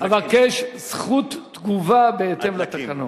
אבקש זכות תגובה בהתאם לתקנות.